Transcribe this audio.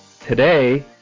today